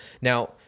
now